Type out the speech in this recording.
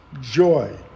joy